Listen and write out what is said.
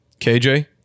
KJ